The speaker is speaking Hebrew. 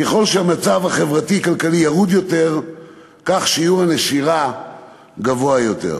ככל שהמצב החברתי-כלכלי ירוד יותר כך שיעור הנשירה גבוה יותר.